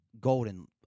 golden